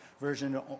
version